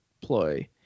ploy